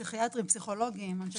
פסיכיאטרים, פסיכולוגים.